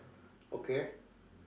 okay